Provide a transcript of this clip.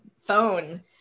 phone